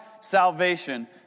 salvation